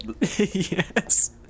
Yes